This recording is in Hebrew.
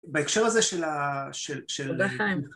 בהקשר הזה של ה- תודה חיים.